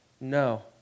No